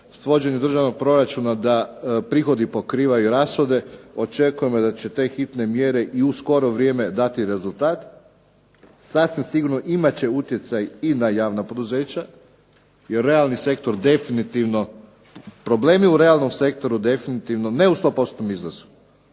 svođenju državnog proračuna da prihodi pokrivaju rashode. Očekujemo da će te hitne mjere i u skoro vrijeme dati rezultat. Sasvim sigurno imat će utjecaj i na javna poduzeća, jer realni sektor definitivno, problemi u realnom sektoru definitivno, ne u stopostotnom